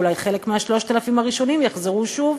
ואולי חלק מה-3,000 הראשונים יחזרו שוב,